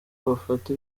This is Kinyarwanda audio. bafata